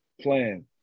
plan